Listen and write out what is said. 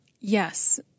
Yes